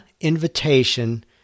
invitation